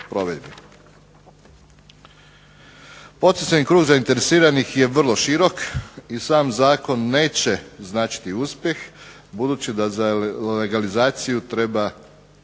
Potencijalni krug zainteresiranih je vrlo širok, i sam zakon neće značiti uspjeh, budući da za legalizaciju treba